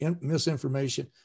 misinformation